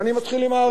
ואני מתחיל עם הערבים,